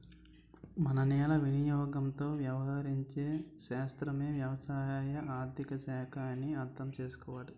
మన నేల వినియోగంతో వ్యవహరించే శాస్త్రమే వ్యవసాయ ఆర్థిక శాఖ అని అర్థం చేసుకోవాలి